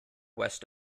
west